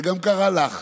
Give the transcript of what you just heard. זה גם קרה לך